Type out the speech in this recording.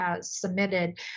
submitted